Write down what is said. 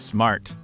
Smart